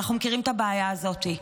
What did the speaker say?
אנחנו מכירים את הבעיה הזאת.